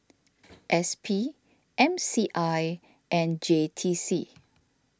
S P M C I and J T C